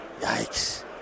Yikes